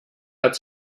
hat